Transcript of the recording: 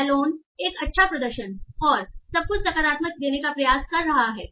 Stallone एक अच्छा प्रदर्शनऔर सब कुछ सकारात्मक देने का प्रयास कर रहा है